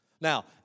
now